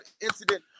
incident